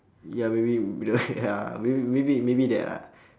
ya maybe will be the maybe maybe that ah